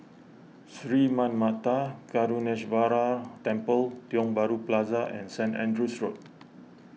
Sri Manmatha Karuneshvarar Temple Tiong Bahru Plaza and Saint Andrew's Road